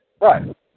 Right